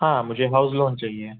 हाँ मुझे house loan चाहिए